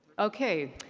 okay.